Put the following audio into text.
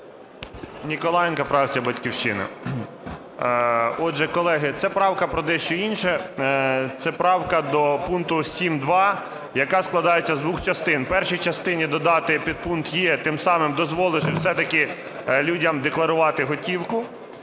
Ніколаєнко, фракція "Батьківщина". Отже, колеги, ця правка про дещо інше. Це правка до пункту 7.2, яка складається з двох частин. В першій частині додати підпункт "є", тим самим дозволити все-таки людям декларувати готівку,